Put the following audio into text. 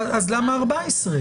אז למה 14?